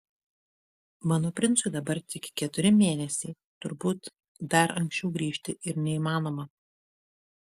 mano princui dabar tik keturi mėnesiai turbūt dar anksčiau grįžti ir neįmanoma